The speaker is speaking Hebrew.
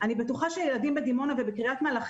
אני בטוחה שילדים בדימונה ובקריית מלאכי